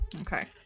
Okay